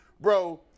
bro